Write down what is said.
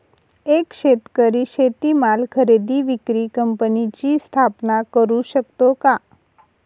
एक शेतकरी शेतीमाल खरेदी विक्री कंपनीची स्थापना करु शकतो का?